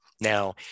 Now